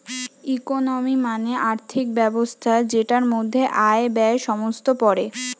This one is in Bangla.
ইকোনমি মানে আর্থিক ব্যবস্থা যেটার মধ্যে আয়, ব্যয়ে সমস্ত পড়ে